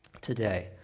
today